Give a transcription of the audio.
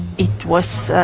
it was